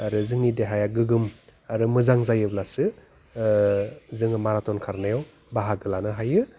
आरो जोंनि देहाया गोग्गोम आरो मोजां जायोब्लासो जोङो माराथन खारनायाव बाहागो लानो हायो